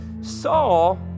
Saul